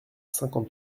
cinquante